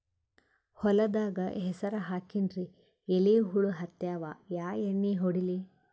ಹೊಲದಾಗ ಹೆಸರ ಹಾಕಿನ್ರಿ, ಎಲಿ ಹುಳ ಹತ್ಯಾವ, ಯಾ ಎಣ್ಣೀ ಹೊಡಿಲಿ?